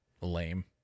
Lame